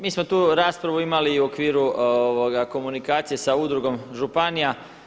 Mi smo tu raspravu imali i u okviru komunikacije sa Udrugom županija.